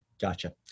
Gotcha